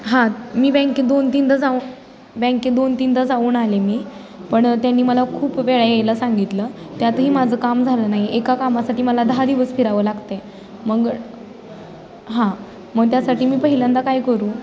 हां मी बँकेत दोन तीनदा जाऊन बँकेत दोन तीनदा जाऊन आले मी पण त्यांनी मला खूप वेळा यायला सांगितलं त्यातही माझं काम झालं नाही एका कामासाठी मला दहा दिवस फिरावं लागतं आहे मग हां मग त्यासाठी मी पहिल्यांदा काय करू